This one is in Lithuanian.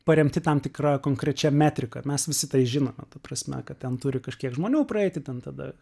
paremti tam tikra konkrečia metrika mes visi tai žinome ta prasme kad ten turi kažkiek žmonių praeiti ten tada